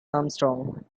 armstrong